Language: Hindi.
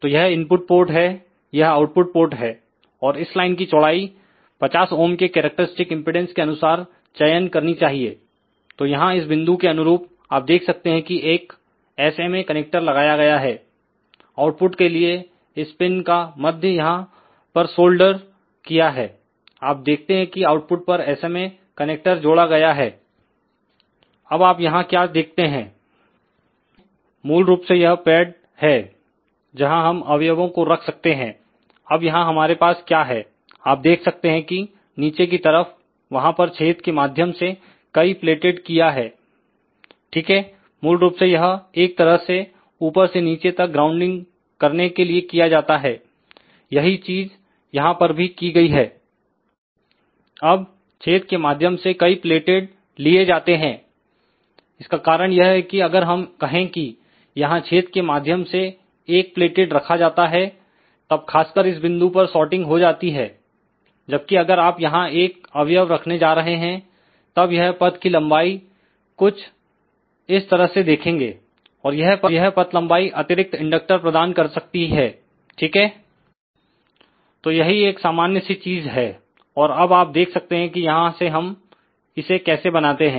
तो यह इनपुट पोर्ट है यह आउटपुट पोर्ट है और इस लाइन की चौड़ाई 50ohm के करैक्टेरिस्टिक इंपेडेंस के अनुसार चयन करनी चाहिए तो यहां इस बिंदु के अनुरूप आप देख सकते हैं कि एक SMA कनेक्टर लगाया गया है आउटपुट के लिए इस पिन का मध्य यहां पर सोल्डर किया है आप देखते हैं कि आउटपुट पर SMA कनेक्टर जोड़ा गया है अब आप यहां क्या देखते हैं मूलरूप से यह पैड है जहां हम अवयवों को रख सकते हैं अब यहां हमारे पास क्या है आप देख सकते हैं कि नीचे की तरफवहां पर छेद के माध्यम से कई प्लेटेड किया हैंठीक हैमूल रूप से यहएक तरह से ऊपर से नीचे तक ग्राउंडिंग करने के लिए किया जाता हैयही चीज यहां पर भी की गई है अबछेद के माध्यम से कई प्लेटेड लिए जाते हैइसका कारण यह है कि अगर हम कहें कि यहांछेद के माध्यम से 1 प्लेटेड रखा जाता हैतब खासकर इस बिंदु पर सोर्टिंग हो जाती हैजबकि अगर आप यहां 1 अवयव रखने जा रहे हैंतब यहपथ की लंबाई कुछ इस तरह से देखेंगे और यह पथ लंबाई अतिरिक्त इंडक्टर प्रदान कर सकती है ठीक है तो यही एक सामान्य सी चीज है और अब आप देख सकते हैं कि यहां सेहम इसे कैसे बनाते हैं